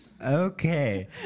Okay